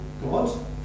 God